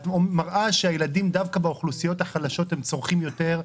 את מראה שדווקא הילדים באוכלוסיות החלשות צורכים יותר,